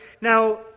Now